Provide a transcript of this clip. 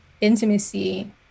intimacy